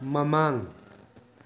ꯃꯃꯥꯡ